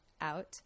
out